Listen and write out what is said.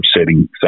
setting